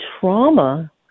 trauma